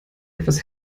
etwas